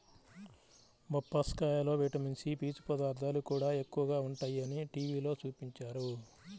బొప్పాస్కాయలో vitamin C, పీచు పదార్థాలు కూడా ఎక్కువగా ఉంటయ్యని టీవీలో చూపించారు